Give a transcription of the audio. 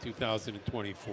2024